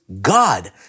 God